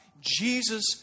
Jesus